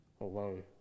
alone